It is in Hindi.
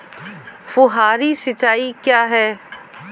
फुहारी सिंचाई क्या है?